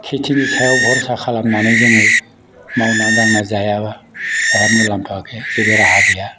खेतिनि सायाव भरसा खालामनानै जोङो मावना दांना जायाबा जोंहा मुलाम्फा गैया जेबो राहा गैया